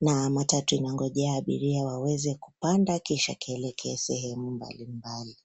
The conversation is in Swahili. Na matatu inangonja abiria waweze kupanda kisha kielekee sehemu mbali mbali.